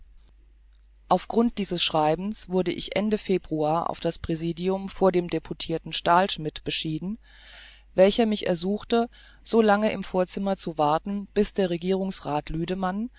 auf grund dieses schreibens wurde ich ende februar auf das präsidium vor dem deputirten stahlschmidt beschieden welcher mich ersuchte so lange im vorzimmer zu warten bis der regierungsrath lüdemann